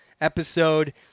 episode